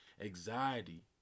anxiety